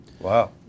Wow